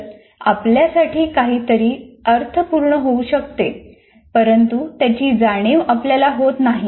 तर आपल्यासाठी काहीतरी अर्थपूर्ण होऊ शकते परंतु त्याची जाणीव आपल्याला होत नाही